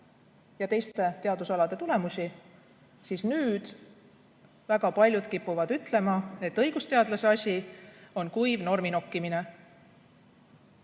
ja teiste teadusalade tulemusi, siis nüüd väga paljud kipuvad ütlema, et õigusteadlase asi on kuiv normi nokkimine.